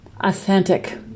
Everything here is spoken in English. Authentic